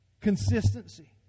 Consistency